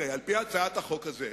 על-פי הצעת החוק הזאת,